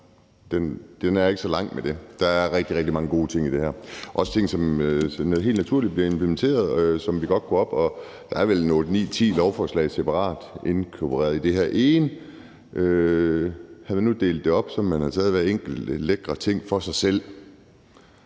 Længere er den ikke. Der er rigtig, rigtig mange gode ting i det her, også ting, der som noget helt naturligt bliver implementeret, og som vi godt kunne bakke op. Der er vel otte, ni, ti separate lovforslag inkorporeret i det her ene lovforslag. Havde vi nu delt det op, sådan at man havde taget hver enkelt lækre ting for sig selv,